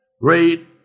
great